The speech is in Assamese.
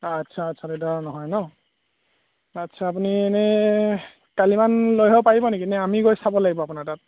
আচ্ছা আচ্ছা তেতিয়াহ'লে নহয় ন আচ্ছা আপুনি এনেই কালি মানে লৈ আহক পাৰিব নেকি নে আমি গৈ চাব লাগিব আপোনাৰ তাত